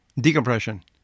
decompression